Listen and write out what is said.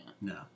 No